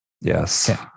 Yes